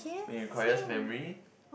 when it requires memory